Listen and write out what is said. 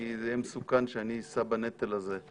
כי יהיה מסוכן שאני אשא בנטל הזה.